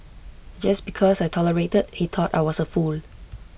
just because I tolerated he thought I was A fool